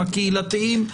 הקהילתיים,